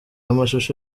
amashusho